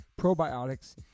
probiotics